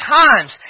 times